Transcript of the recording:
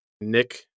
Nick